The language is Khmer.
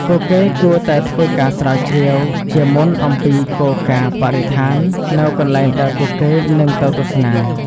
ពួកគេគួរតែធ្វើការស្រាវជ្រាវជាមុនអំពីគោលការណ៍បរិស្ថាននៅកន្លែងដែលពួកគេនឹងទៅទស្សនា។